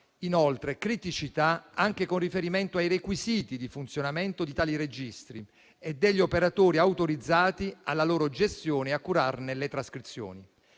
inoltre criticità anche con riferimento ai requisiti di funzionamento di tali registri e degli operatori autorizzati alla loro gestione e a curarne le trascrizioni.